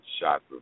shots